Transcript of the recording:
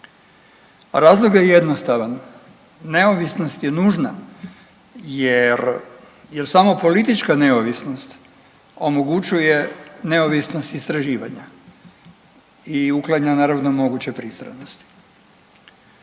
razlog je jednostavan neovisnost je nužna jer samo politička neovisnost omogućuje neovisnost istraživanja i uklanja naravno moguće pristranosti.